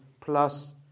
plus